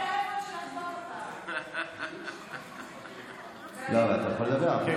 לא, אבל אתה יכול לדבר.